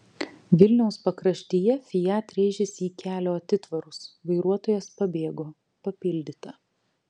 vilniaus pakraštyje fiat rėžėsi į kelio atitvarus vairuotojas pabėgo papildyta